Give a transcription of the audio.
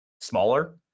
smaller